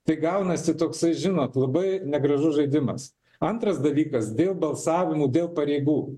tai gaunasi toksai žinot labai negražus žaidimas antras dalykas dėl balsavimo dėl pareigų